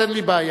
אין לי בעיה,